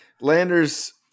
Landers